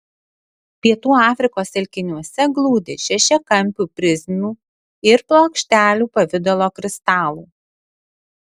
pietų afrikos telkiniuose glūdi šešiakampių prizmių ir plokštelių pavidalo kristalų